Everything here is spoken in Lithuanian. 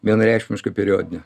vienareikšmiškai periodine